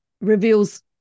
reveals